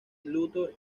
luthor